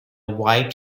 white